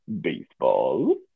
baseball